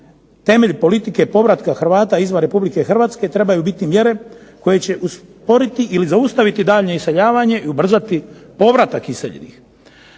Temelj politike povratka Hrvata izvan Republike Hrvatske trebaju biti mjere koje će usporiti ili zaustaviti daljnje iseljavanje i ubrzati povratak iseljenih.